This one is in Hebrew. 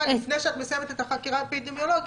לפני שאת מסיימת את החקירה האפידמיולוגית.